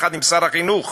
יחד עם שר החינוך,